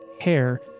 hair